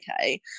okay